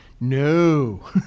No